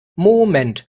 moment